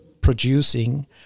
producing